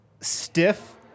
stiff